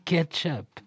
Ketchup